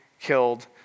killed